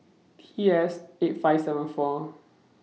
T S eight five seven four